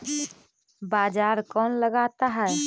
बाजार कौन लगाता है?